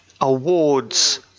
Awards